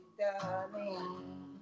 darling